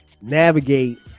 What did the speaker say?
navigate